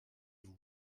vous